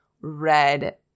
red